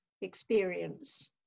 experience